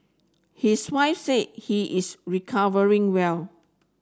his wife said he is recovering well